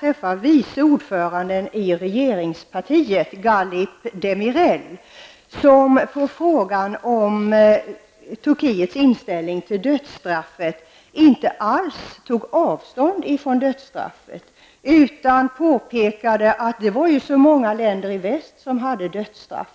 tillfälle vice ordföranden i regeringspartiet, Galip Demirel, som på frågan om Turkiets inställning till dödsstraffet inte alls tog avstånd från dödsstraffet utan påpekade att det ju fanns så många länder i väst som hade dödsstraff.